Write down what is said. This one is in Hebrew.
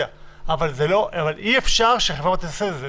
אבל אי-אפשר שחברה פרטית תעשה את זה,